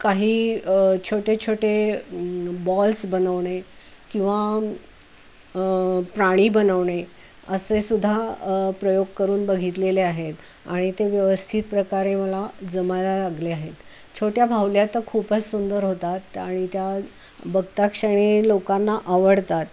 काही छोटे छोटे बॉल्स बनवणे किंवा प्राणी बनवणे असे सुद्धा प्रयोग करून बघितलेले आहेत आणि ते व्यवस्थित प्रकारे मला जमायला लागले आहेत छोट्या बाहुल्या तर खूपच सुंदर होतात आणि त्या बघताक्षणी लोकांना आवडतात